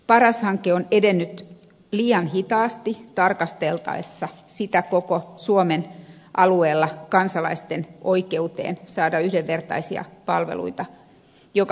paras hanke on edennyt liian hitaasti tarkasteltaessa koko suomen alueella kansalaisten oikeutta saada yhdenvertaisia palveluita joka puolella maata